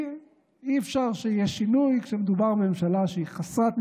כי אי-אפשר שיהיה שינוי כשמדובר בממשלה שהיא חסרת ניסיון,